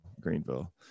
Greenville